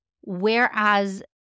Whereas